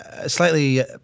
slightly